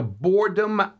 boredom